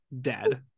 dead